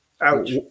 Ouch